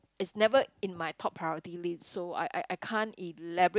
it's never in my top priority list so I I I can't elaborate